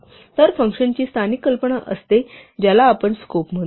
तर फंक्शन्सची स्थानिक कल्पना असते ज्याला आपण स्कोप म्हणतो